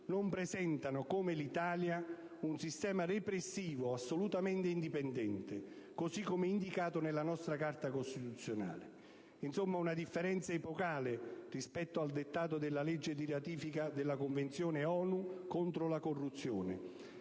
non presentano, come l'Italia, un sistema repressivo assolutamente indipendente, così come indicato nella nostra Carta costituzionale. Insomma, una differenza epocale rispetto al dettato della legge di ratifica della Convenzione ONU contro la corruzione,